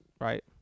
right